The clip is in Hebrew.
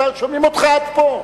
שומעים אותך עד פה.